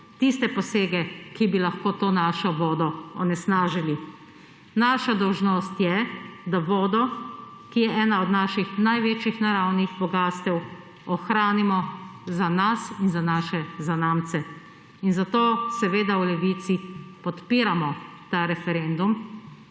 tiste posege, ki bi lahko to našo vodo onesnažili. Naša dolžnost je, da vodo, ki je ena od naših največjih naravnih bogastev, ohranimo za nas in za naše zanamce. Zato seveda v Levici podpiramo ta referendum.